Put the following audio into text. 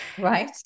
Right